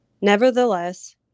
Nevertheless